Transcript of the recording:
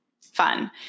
fun